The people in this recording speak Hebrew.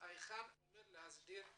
אמור להסדיר זאת.